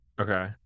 Okay